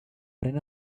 pren